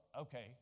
Okay